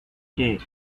que